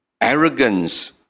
arrogance